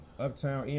Uptown